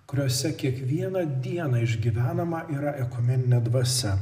kuriose kiekvieną dieną išgyvenama yra ekumeninė dvasia